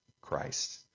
Christ